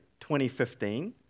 2015